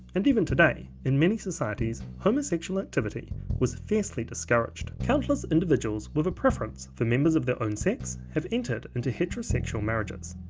and even today, in many societies homosexual activity was fiercely discouraged. countless individuals with a preference for members of their own sex have entered into heterosexual marriages,